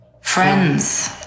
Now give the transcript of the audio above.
friends